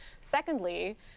Secondly